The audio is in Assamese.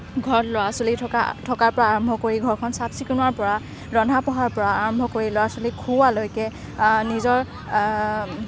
ঘৰত ল'ৰা ছোৱালী থকা থকাৰ পৰা আৰম্ভ কৰি ঘৰখন চাফ চিকুণৰ পৰা ৰন্ধা বঢ়াৰ পৰা আৰম্ভ কৰি ল'ৰা ছোৱালীক খুওৱালৈকে নিজৰ